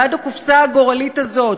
בעד הקופסה הגורלית הזאת,